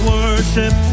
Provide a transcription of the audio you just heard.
worship